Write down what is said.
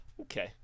Okay